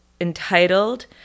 entitled